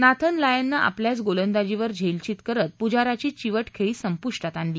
Nathan लायननं आपल्याच गोलंदाजीवर झेलवित करत पुजाराची चिवट खेळी संपुष्टात आणली